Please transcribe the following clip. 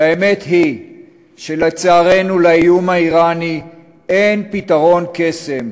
והאמת היא שלצערנו לאיום האיראני אין פתרון קסם,